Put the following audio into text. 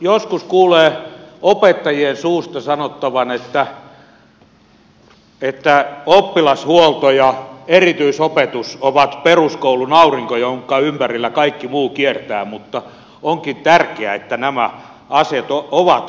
joskus kuulee opettajien suusta sanottavan että oppilashuolto ja erityisopetus ovat peruskoulun aurinko jonka ympärillä kaikki muu kiertää mutta onkin tärkeää että nämä asiat ovat kunnossa